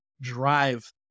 drive